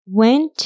went